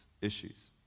issues